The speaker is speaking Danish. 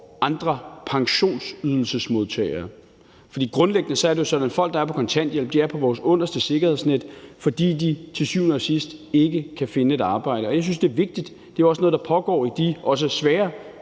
andre pensionsydelsesmodtagere. For grundlæggende er det jo sådan, at folk, der er på kontanthjælp, er på vores underste sikkerhedsnet, fordi de til syvende og sidst ikke kan finde et arbejde. Jeg synes, det er vigtigt – det er også noget, der pågår i de også